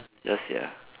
ya sia